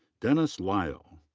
dennis lyle.